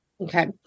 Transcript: Okay